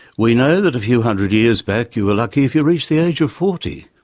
we know that a few hundred years back you are lucky if you reach the age of forty.